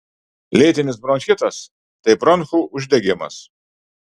lėtinis bronchitas tai bronchų uždegimas